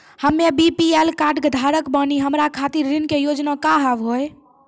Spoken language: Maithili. हम्मे बी.पी.एल कार्ड धारक बानि हमारा खातिर ऋण के योजना का होव हेय?